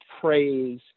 praise